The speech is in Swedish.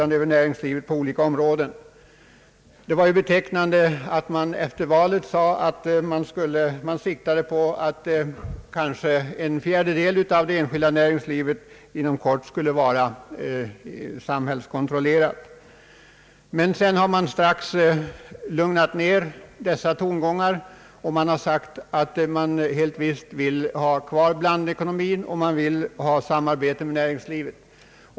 Det var ju ganska betecknande att man efter valet sade att man siktade på att kanske en fjärdedel av det enskilda näringslivet inom kort skulle vara sam hällskontrollerat. Senare dämpar man emellertid ner dessa tongångar och säger att man helt visst vill ha kvar blandekonomin och samarbeta med det privata näringslivet.